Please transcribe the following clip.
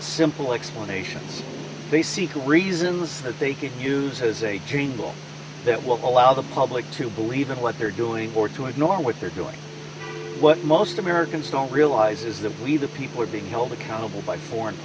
simple explanations they seek reasons that they can use as a gene pool that will allow the public to believe in what they're doing or to ignore what they're doing what most americans don't realize is that we the people are being held accountable by foreign